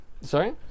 Sorry